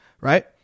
right